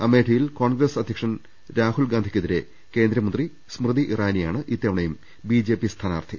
അമേ ഠിയിൽ കോൺഗ്രസ് അധ്യക്ഷൻ രാഹുൽ ഗാന്ധിക്കെതിരെ കേന്ദ്ര മന്ത്രി സ്മൃതി ഇറാനിയാണ് ഇത്തവണയും ബിജെപി സ്ഥാനാർത്ഥി